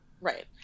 Right